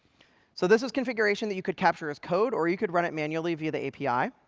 so this is configuration that you could capture as code, or you could run it manually via the api.